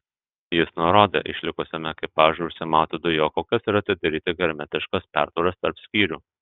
jis nurodė išlikusiam ekipažui užsimauti dujokaukes ir atidaryti hermetiškas pertvaras tarp skyrių